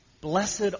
Blessed